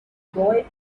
boy